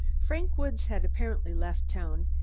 frank woods had apparently left town,